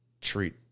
treat